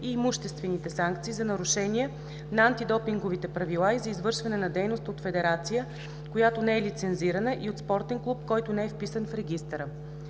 и имуществените санкции за нарушения на антидопинговите правила и за извършване на дейност от федерация, която не е лицензирана, и от спортен клуб, който не е вписан в регистъра.